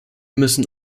müssen